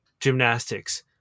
gymnastics